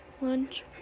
Lunch